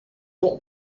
ans